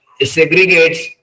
segregates